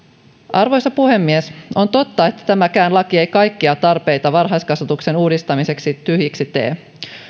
arvoisa puhemies on totta että tämäkään laki ei kaikkia tarpeita varhaiskasvatuksen uudistamiseksi tyhjiksi tee